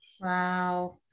Wow